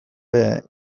ere